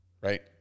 Right